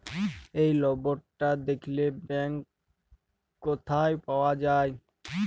এই লম্বরটা দ্যাখলে ব্যাংক ক্যথায় পাউয়া যায়